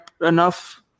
enough –